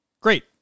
Great